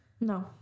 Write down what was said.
No